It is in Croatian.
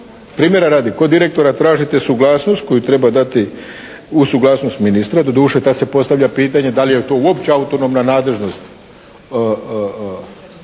Primjera radi, kod direktora tražite suglasnost koju treba dati uz suglasnost ministra, doduše tad se postavlja pitanje da li je to uopće autonomna nadležnost